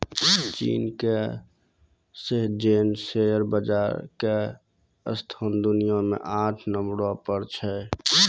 चीन के Shenzhen share बाजार के स्थान दुनिया मे आठ नम्बरो पर छै